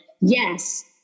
yes